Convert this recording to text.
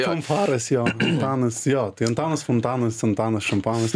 fanfaras jo antanas jo tai antanas fontanas antanas šampanas